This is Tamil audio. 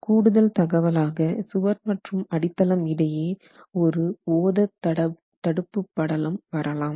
கூடுதல் தகவலாக சுவர் மற்றும் அடித்தளம் இடையே ஒரு ஓதத்தடுப்புப் படலம் வரலாம்